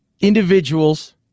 individuals